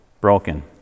broken